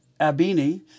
Abini